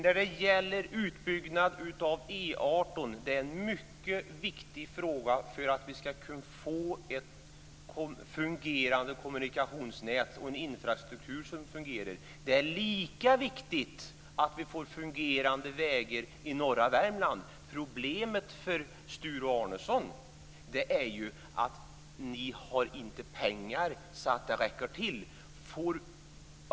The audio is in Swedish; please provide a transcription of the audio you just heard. Fru talman! Utbyggnaden av E 18 är en mycket viktig fråga för att vi ska kunna få ett fungerande kommunikationsnät och en infrastruktur som fungerar. Det är lika viktigt att vi får fungerade vägar i norra Värmland. Problemet för Sture Arnesson är ju att man inte har pengar så det räcker till.